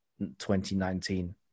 2019